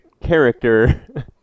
character